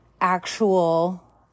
actual